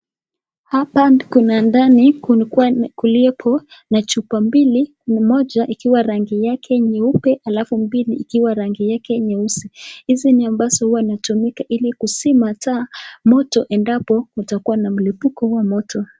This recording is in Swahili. Hapa kuna ndani kuliopo na chupa mbili na moja ikiwa rangi yake nyeupe alafu mbili ikiwa rangi yake nyeusi. Hizi ni ambazo huwa inatumika ili kuzima taa, moto endapo kutakuwa na mlipuko wa moto.